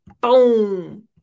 boom